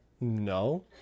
no